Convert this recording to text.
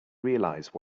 realize